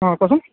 অ' কোৱাচোন